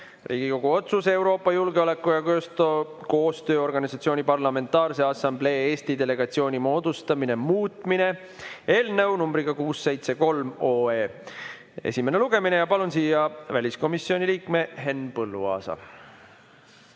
"Riigikogu otsuse "Euroopa Julgeoleku- ja Koostööorganisatsiooni Parlamentaarse Assamblee Eesti delegatsiooni moodustamine" muutmine" eelnõu numbriga 673 esimene lugemine. Palun siia väliskomisjoni liikme Henn Põlluaasa!